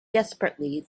desperately